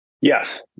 Yes